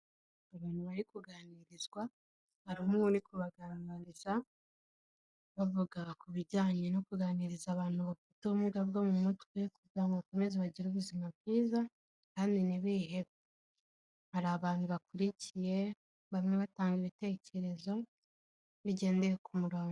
Abantu bari kuganirizwa hari umwe uri kubaganiriza, bavuga ku bijyanye no kuganiriza abantu bafite ubumuga bwo mu mutwe, kugira ngo bakomeze bagire ubuzima bwiza kandi ntibihebe hari abantu bakurikiye bamwe batanga ibitekerezo bigendeye ku muronko.